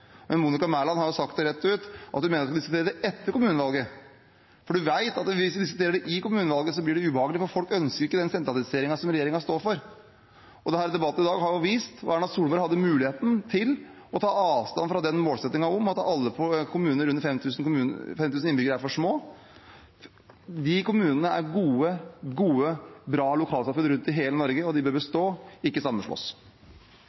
Men Monica Mæland har sagt rett ut at hun mener vi skal diskutere det etter kommunevalget, for hun vet at hvis man diskuterer det i kommunevalget, blir det ubehagelig, for folk ønsker ikke den sentraliseringen som regjeringen står for. I denne debatten har Erna Solberg hatt muligheten til å ta avstand fra uttalelsen om at alle kommuner på under 5 000 innbyggere er for små. De kommunene er gode, bra lokalsamfunn rundt omkring i hele Norge, og de bør